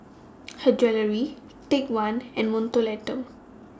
Her Jewellery Take one and Mentholatum